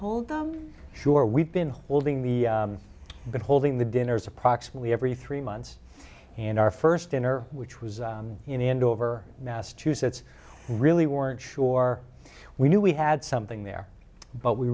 hold i'm sure we've been holding me but holding the dinners approximately every three months in our first dinner which was in dover massachusetts really weren't sure we knew we had something there but we